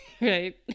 right